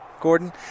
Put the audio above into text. Gordon